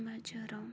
Mizoram